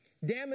Damage